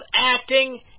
acting